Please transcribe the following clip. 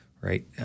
right